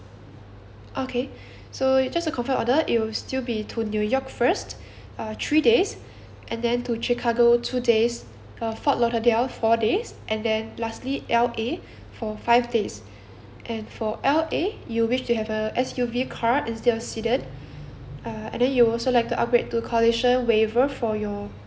okay so just to confirm your order it will still be to new york first uh three days and then to chicago two days uh fort lauderdale four days and then lastly L_A for five days and for L_A you wish to have a S_U_V car instead of seated uh and then you also like to upgrade to collision waiver for your